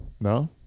No